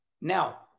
Now